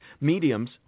mediums